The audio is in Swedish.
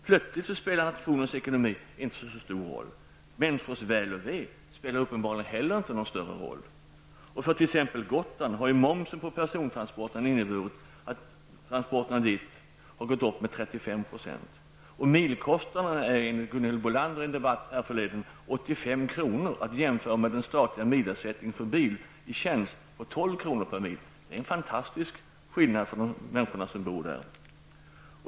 Plötsligt spelar nationens ekonomi inte så stor roll. Människors väl och ve spelar uppenbarligen inte heller någon större roll. För t.ex. Gotland har momsen på persontransporter inneburit att transporterna dit har gått upp med 35 %. Milkostnaden är enligt vad Gunhild Bolander sade i en debatt härförleden 85 kr., att jämföra med den statliga milersättningen för bil i tjänst som är 12 kr. per mil. Det är en stor skillnad för de människor som bor där.